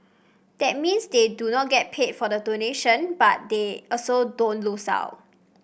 that means they do not get paid for the donation but they also don't lose out